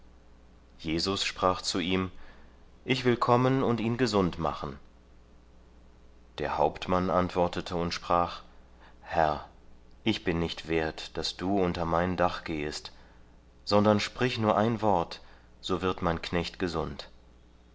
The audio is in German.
jesus sprach zu ihm ich will kommen und ihn gesund machen der hauptmann antwortete und sprach herr ich bin nicht wert daß du unter mein dach gehest sondern sprich nur ein wort so wird mein knecht gesund